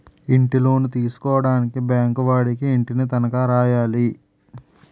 ఇంటిలోను తీసుకోవడానికి బ్యాంకు వాడికి ఇంటిని తనఖా రాయాలి